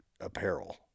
apparel